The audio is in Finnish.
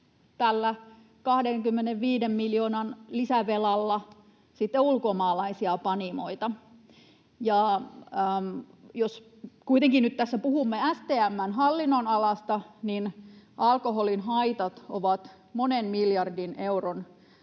tällä 25 miljoonan lisävelalla sitten ulkomaalaisia panimoita. Jos kuitenkin nyt tässä puhumme STM:n hallinnonalasta, niin alkoholin haitat ovat monen miljardin euron